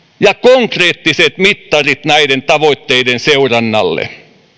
ja konkreettiset mittarit näiden tavoitteiden seurannalle